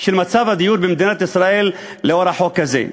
של מצב הדיור במדינת ישראל לאור החוק הזה.